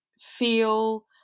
feel